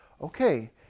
okay